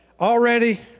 already